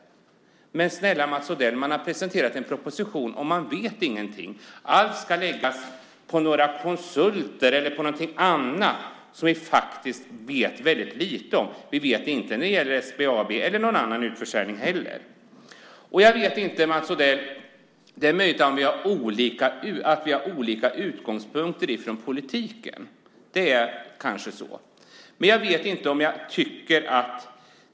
Men snälla Mats Odell! Ni har presenterat en proposition och vet ingenting. Allt ska läggas på några konsulter eller på någonting annat som man faktiskt vet väldigt lite om när det gäller SBAB och andra utförsäljningar. Det är möjligt att vi har olika utgångspunkter i politiken, Mats Odell. Det är kanske så.